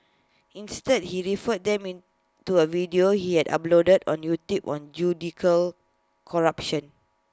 instead he referred them in to A video he had uploaded on YouTube one judicial corruption